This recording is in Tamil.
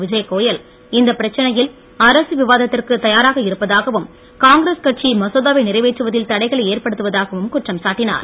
விஜய்கோயல் இந்த பிரச்னையில் அரசு விவாத்திற்கு தயாராக இருப்பதாகவும் காங்கிரஸ் கட்சி மசோதாவை நிறைவேற்றுவதில் தடைகளை ஏற்படுத்துவதாகவும் குற்றம் சாட்டினார்